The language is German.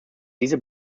diese